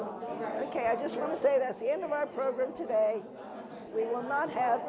but i just want to say that's the end of our program today we will not have